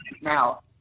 now